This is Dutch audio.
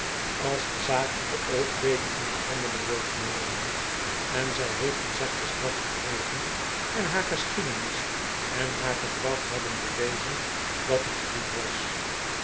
als de zaak in de old bailey in behandeling wordt genomen en zij heeft een zachte straf gekregen en haar geschiedenis en haar gedrag hebben bewezen dat dit goed was